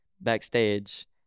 backstage